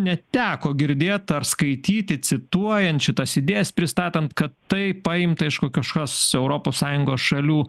neteko girdėt ar skaityti cituojančių tas idėjas pristatant kad tai paimta iš kokioškos europos sąjungos šalių